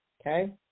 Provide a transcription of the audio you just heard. okay